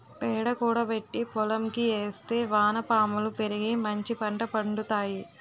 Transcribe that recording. పేడ కూడబెట్టి పోలంకి ఏస్తే వానపాములు పెరిగి మంచిపంట పండుతాయి